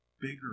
bigger